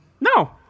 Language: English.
No